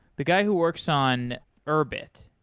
the guy who works on urbit.